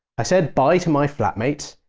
i said bye to my flatmates,